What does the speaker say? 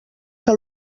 que